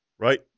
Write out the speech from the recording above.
Right